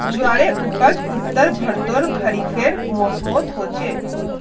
ज्वारेर उपज उत्तर भर्तोत खरिफेर मौसमोट होचे